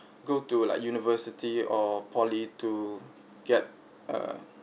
go to like university or poly to get a